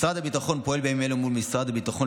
משרד הביטחון פועל בימים אלו מול המשרד לביטחון